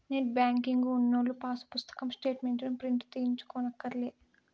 net banking ఉన్నోల్లు pass పుస్తకం స్టేటు మెంట్లుని ప్రింటు తీయించుకోనక్కర్లే